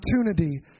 opportunity